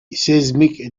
seismic